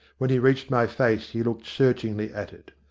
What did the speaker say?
when he reached my face he looked searchingly at it.